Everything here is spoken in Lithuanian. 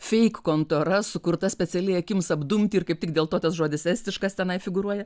feik kontora sukurta specialiai akims apdumti ir kaip tik dėl to tas žodis estiškas tenai figūruoja